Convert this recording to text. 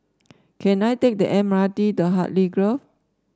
can I take the M R T to Hartley Grove